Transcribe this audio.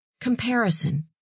comparison